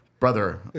Brother